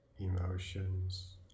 emotions